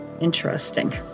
interesting